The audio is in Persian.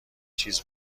چیز